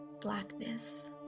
blackness